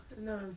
no